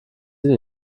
sie